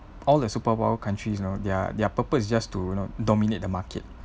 all the superpower countries you know their their purpose is just to you know dominate the market